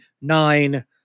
nine